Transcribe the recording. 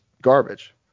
garbage